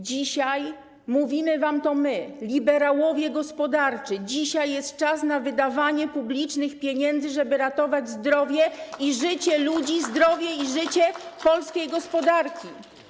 Dzisiaj mówimy wam, my, liberałowie gospodarczy, że dzisiaj jest czas na wydawanie publicznych pieniędzy, żeby ratować zdrowie i życie ludzi, zdrowie i życie polskiej gospodarki.